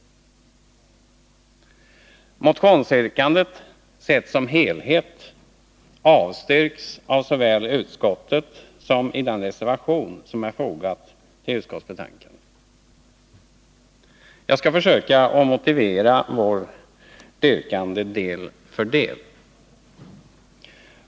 Motionsyrkandet, sett som helhet, avstyrks såväl av utskottet som i den reservation som är fogad till utskottsbetänkandet. Jag skall försöka att motivera vårt yrkande del för del.